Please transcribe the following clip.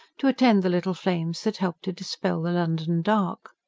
to attend the little flames that helped to dispel the london dark.